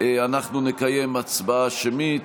אנחנו נקיים הצבעה שמית.